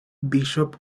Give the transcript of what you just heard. bishop